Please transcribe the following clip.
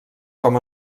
com